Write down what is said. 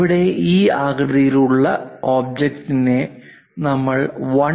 ഇവിടെ ഈ ആകൃതിയിൽ ഉള്ള ഒബ്ജെക്ടിനെ നമ്മൾ 1